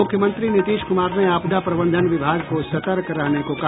मुख्यमंत्री नीतीश कुमार ने आपदा प्रबंधन विभाग को सतर्क रहने को कहा